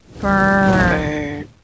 Burn